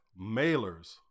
mailers